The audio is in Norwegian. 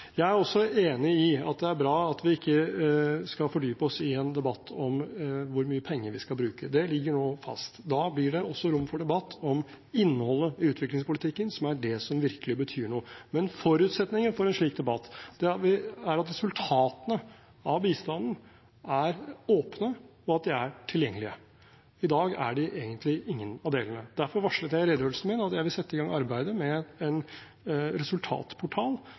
Jeg er også enig i at det er bra at vi ikke skal fordype oss i en debatt om hvor mye penger vi skal bruke. Det ligger nå fast. Da blir det også rom for debatt om innholdet i utviklingspolitikken, som er det som virkelig betyr noe. Men forutsetningen for en slik debatt er at resultatene av bistanden er åpne, og at de er tilgjengelige. I dag er de egentlig ingen av delene. Derfor varslet jeg i redegjørelsen min at jeg vil sette i gang arbeidet med en resultatportal,